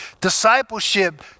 Discipleship